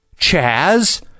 Chaz